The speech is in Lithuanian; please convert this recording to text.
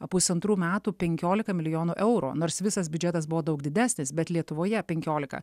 pusantrų metų penkiolika milijonų eurų nors visas biudžetas buvo daug didesnis bet lietuvoje penkiolika